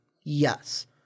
Yes